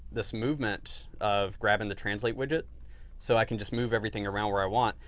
this movement of grabbing the translate widget so i can just move everything around where i want.